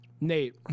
nate